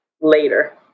later